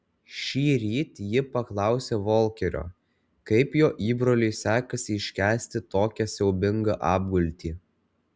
šįryt ji paklausė volkerio kaip jo įbroliui sekasi iškęsti tokią siaubingą apgultį